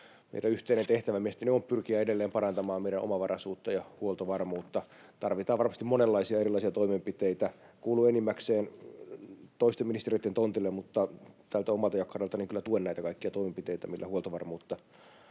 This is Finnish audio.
mielestäni on pyrkiä edelleen parantamaan meidän omavaraisuuttamme ja huoltovarmuuttamme — tarvitaan varmasti monenlaisia erilaisia toimenpiteitä. Tämä kuuluu enimmäkseen toisten ministereitten tonteille, mutta tältä omalta jakkaraltani kyllä tuen näitä kaikkia toimenpiteitä, millä huoltovarmuutta